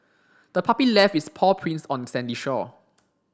the puppy left its paw prints on the sandy shore